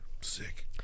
Sick